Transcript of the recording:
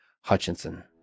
Hutchinson